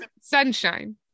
sunshine